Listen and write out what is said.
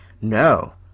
No